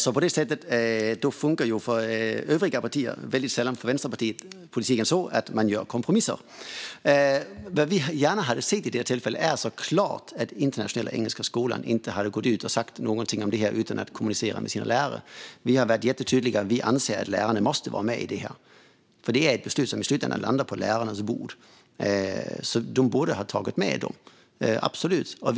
På detta sätt funkar det för övriga partier men väldigt sällan för Vänsterpartiet, alltså att man gör kompromisser. Vad vi gärna hade sett vid detta tillfälle är såklart att Internationella Engelska Skolan inte hade gått ut och sagt någonting om detta utan att kommunicera med sina lärare. Vi har varit jättetydliga med att vi anser att lärarna måste vara med i fråga om detta, eftersom det är ett beslut som i slutändan landar på lärarnas bord. Lärarna borde absolut ha tagits med.